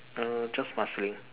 err just Marsiling